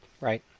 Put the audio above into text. Right